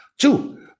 Two